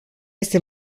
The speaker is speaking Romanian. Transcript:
este